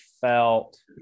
felt